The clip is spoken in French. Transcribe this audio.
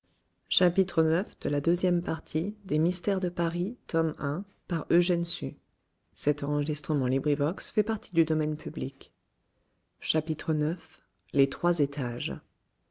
du temple ix les trois étages